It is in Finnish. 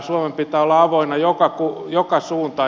suomen pitää olla avoinna joka suuntaan